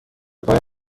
پایم